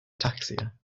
ataxia